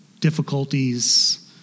difficulties